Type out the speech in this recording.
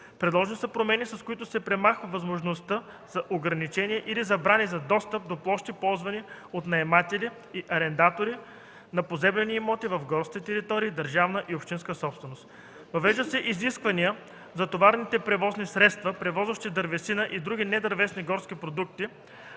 Предложени са промени, с които се премахва възможността за ограничения или забрани за достъп до площи, ползвани от наематели и арендатори на поземлени имоти в горските територии – държавна и общинска собственост. Въвеждат се изисквания за товарните превозни средства, превозващи дървесина и други недървесни горски продукти,